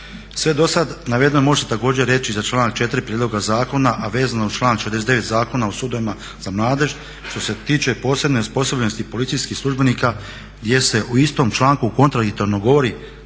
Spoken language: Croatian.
Sve do sada navedeno može se također reći za članak 4. Prijedloga zakona, a vezano uz članak 69. Zakona o sudovima za mladež što se tiče posebne osposobljenosti policijskih službenika gdje se u istom članku kontradiktorno govori